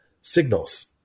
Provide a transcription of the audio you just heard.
signals